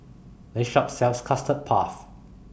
This Shop sells Custard Puff